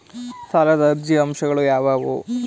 ಸಾಲದ ಅರ್ಜಿಯ ಅಂಶಗಳು ಯಾವುವು?